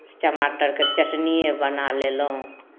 चमाटरके चटनिए बना लेलहुँ